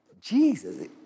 Jesus